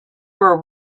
were